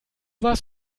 warst